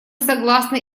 согласны